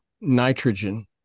nitrogen